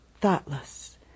thoughtless